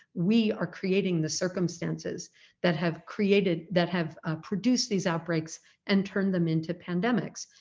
we are creating the circumstances that have created that have produced these outbreaks and turned them into pandemics.